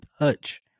touch